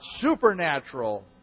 supernatural